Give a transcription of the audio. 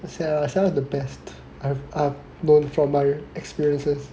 Sarah is the best that I've I've known from my experiences